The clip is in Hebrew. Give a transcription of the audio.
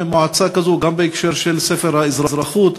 וגם בהקשר של ספר האזרחות,